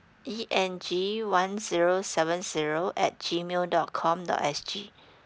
E N G one zero seven zero at G mail dot com dot S G